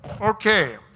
Okay